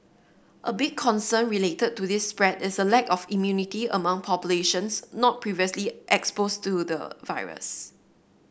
a big concern related to this spread is a lack of immunity among populations not previously exposed to the virus